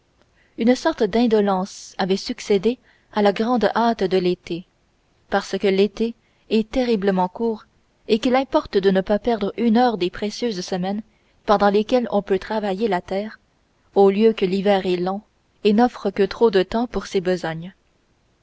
une sorte d'indolence avait succédé à la grande hâte de l'été parce que l'été est terriblement court et qu'il importe de ne pas perdre une heure des précieuses semaines pendant lesquelles on peut travailler la terre au lieu que l'hiver est long et n'offre que trop de temps pour ses besognes